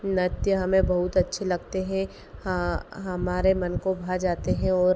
नृत्य हमें बहुत अच्छे लगते हैं और हमारे मन को भा जाते हैं और